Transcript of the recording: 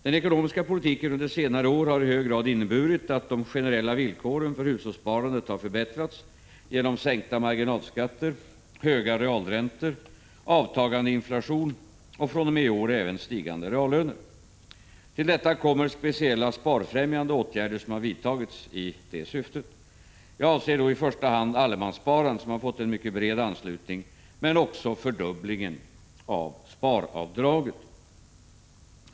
Den ekonomiska politiken under senare år har i hög grad inneburit att de generella villkoren för hushållssparandet har förbättrats genom sänkta marginalskatter, höga realräntor, avtagande inflation och, fr.o.m. i år, även stigande reallöner. Härtill kommer speciella sparfrämjande åtgärder som har vidtagits i detta syfte. Jag avser då i första hand allemanssparandet, som har fått en mycket bred anslutning, men också fördubblingen av sparavdraget.